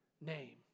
name